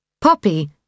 Poppy